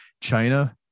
China